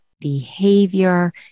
behavior